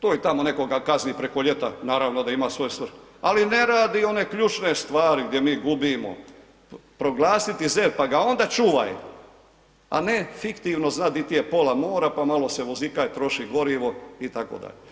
tu i tamo nekoga kazni preko ljeta, naravno da ima svoju svrhu, ali ne radi one ključne stvari gdje mi gubimo, proglasiti ZERP, pa ga onda čuvaj, a ne fiktivno znat di ti je pola mora, pa malo se vozikaj, troši gorivo itd.